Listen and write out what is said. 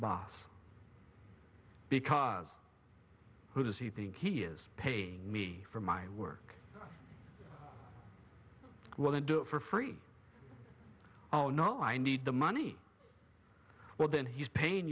boss because who does he think he is paying me for my work will they do it for free oh no i need the money well then he's paying